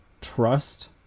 trust